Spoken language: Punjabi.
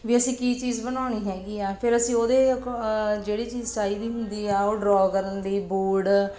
ਵੀ ਅਸੀਂ ਕੀ ਚੀਜ਼ ਬਣਾਉਣੀ ਹੈਗੀ ਆ ਫਿਰ ਅਸੀਂ ਉਹਦੇ ਅਕ ਜਿਹੜੀ ਚੀਜ਼ ਚਾਹੀਦੀ ਹੁੰਦੀ ਆ ਉਹ ਡਰੋਅ ਕਰਨ ਲਈ ਬੋਰਡ